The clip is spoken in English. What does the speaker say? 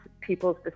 people's